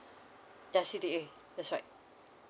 yes C_D_A that's right